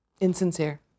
Insincere